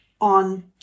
on